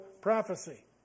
prophecy